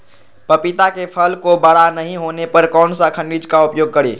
पपीता के फल को बड़ा नहीं होने पर कौन सा खनिज का उपयोग करें?